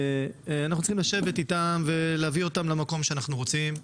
אנחנו צריכים לשבת איתם ולהביא אותם למקום שאנחנו רוצים.